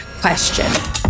question